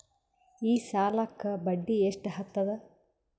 ಈ ಸಾಲಕ್ಕ ಬಡ್ಡಿ ಎಷ್ಟ ಹತ್ತದ?